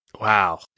Wow